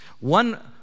One